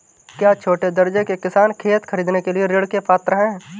क्या छोटे दर्जे के किसान खेत खरीदने के लिए ऋृण के पात्र हैं?